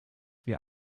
wir